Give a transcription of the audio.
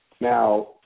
Now